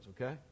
okay